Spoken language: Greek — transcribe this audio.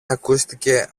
ακούστηκε